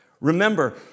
Remember